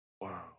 Wow